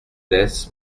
lès